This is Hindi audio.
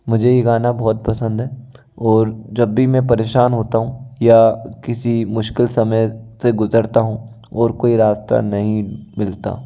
मुझे यह गाना बहुत पसंद है और जब भी मैं परेशान होता हूँ या किसी मुश्किल समय से गुजरता हूँ और कोई रास्ता नहीं मिलता